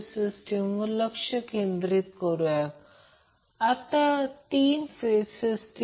तर ते सर्किट सर्व फ्रिक्वेन्सीमध्ये रेझोनेट करेल